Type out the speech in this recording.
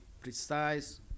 precise